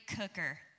cooker